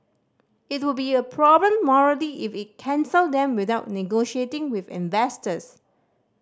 it would be a problem morally if it cancelled them without negotiating with investors